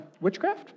Witchcraft